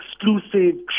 exclusive